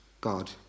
God